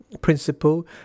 Principle